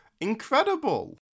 Incredible